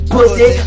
Pussy